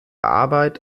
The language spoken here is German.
arbeit